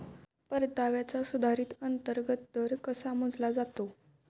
परताव्याचा सुधारित अंतर्गत दर कसा मोजला जातो?